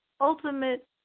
ultimate